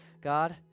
God